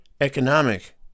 economic